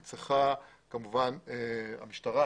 המשטרה,